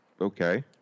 Okay